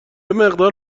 مقدار